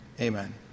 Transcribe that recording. Amen